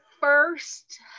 first